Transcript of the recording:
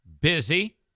Busy